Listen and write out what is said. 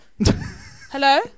hello